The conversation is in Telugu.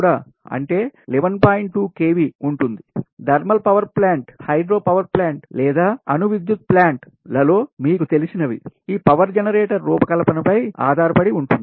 2kV ఉంటుంది thermal power plant hydro power plant లేదా అణు విద్యుత్ ప్లాంట్ లలో మీకు తెలిసినవి ఈ పవర్ జనరేటర్ రూపకల్పన పై ఆధారపడి ఉంటుంది